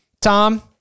Tom